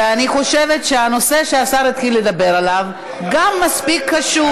ואני חושבת שהנושא שהשר התחיל לדבר עליו גם מספיק חשוב.